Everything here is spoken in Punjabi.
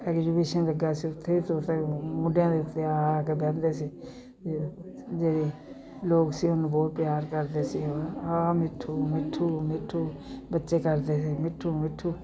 ਐਗਜ਼ੀਬਿਸ਼ਨ ਲੱਗਾ ਸੀ ਉੱਥੇ ਤੋਤੇ ਮੋਢਿਆਂ ਦੇ ਉੱਤੇ ਆ ਆ ਕੇ ਬਹਿੰਦੇ ਸੀ ਜਿਹੜੇ ਜਿਹੜੇ ਲੋਕ ਸੀ ਉਹਨੂੰ ਬਹੁਤ ਪਿਆਰ ਕਰਦੇ ਸੀ ਆ ਮਿੱਠੂ ਮਿੱਠੂ ਮਿੱਠੂ ਬੱਚੇ ਕਰਦੇ ਸੀ ਮਿੱਠੂ ਮਿੱਠੂ